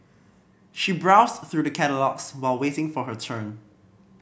she browsed through the catalogues while waiting for her turn